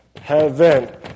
Heaven